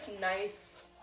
nice